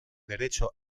derecho